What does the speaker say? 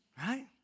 Right